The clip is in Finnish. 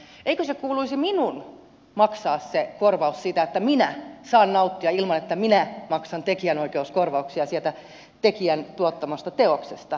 eikö minun kuuluisi maksaa se korvaus siitä että minä saan nauttia ilman että minä maksan tekijänoikeuskorvauksia siitä tekijän tuottamasta teoksesta